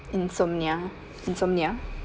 insomnia insomnia